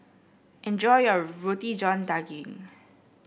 enjoy your Roti John Daging